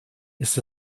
ist